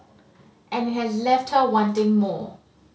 and it has left her wanting more